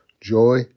Joy